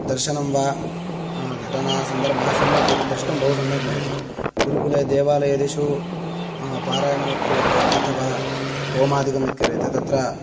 दर्शनं वा घटना सन्दर्भः सम्यक् द्रष्टुं बहु सम्यक् भवति गुरुकुले देवालयादिषु पारायणम् यत् क्रियते अथवा होमादिकम् यत् क्रियते तत्र